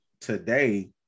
today